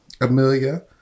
Amelia